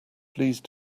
please